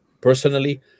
personally